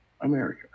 America